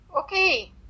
Okay